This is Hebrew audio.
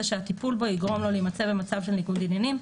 שהטיפול בו יגרום לו להימצא במצב של ניגוד עניינים.